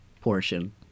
portion